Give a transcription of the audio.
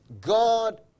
God